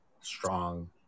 Strong